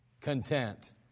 content